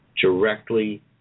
directly